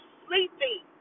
sleeping